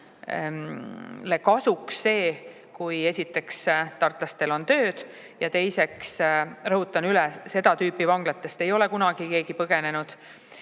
kasuks see, kui esiteks, tartlastel on tööd, teiseks, rõhutan üle, seda tüüpi vanglatest ei ole kunagi keegi põgenenud,